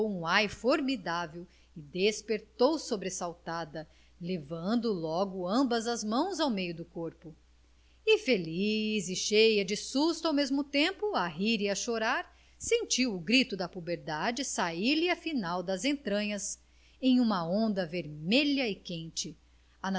um ai formidável e despertou sobressaltada levando logo ambas as mãos ao meio do corpo e feliz e cheia de susto ao mesmo tempo a rir e a chorar sentiu o grito da puberdade sair-lhe afinal das entranhas em uma onda vermelha e quente